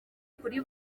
kuri